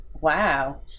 Wow